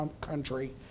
country